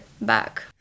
back